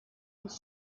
his